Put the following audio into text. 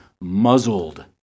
muzzled